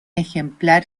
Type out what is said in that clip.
ejemplar